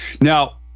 Now